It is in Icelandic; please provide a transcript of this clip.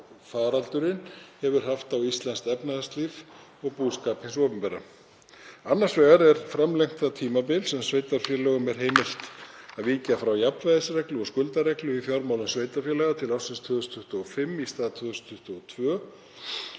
kórónuveirufaraldurinn hefur haft á íslenskt efnahagslíf og búskap hins opinbera. Annars vegar er framlengt það tímabil sem sveitarfélögum er heimilt að víkja frá jafnvægisreglu og skuldareglu í fjármálum sveitarfélaga, til ársins 2025 í stað 2022.